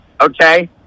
okay